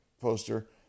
poster